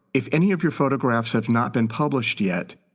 if any of your photographs have not been published yet,